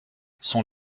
son